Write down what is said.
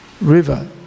river